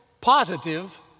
positive